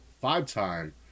five-time